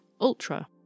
ULTRA